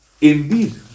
Indeed